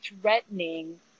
threatening